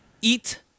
eat